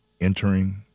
entering